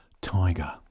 Tiger